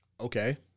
Okay